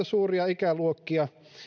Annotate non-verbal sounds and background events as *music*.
*unintelligible* suuria ikäluokkia